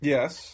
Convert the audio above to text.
Yes